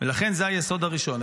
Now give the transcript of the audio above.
ולכן זה היסוד הראשון.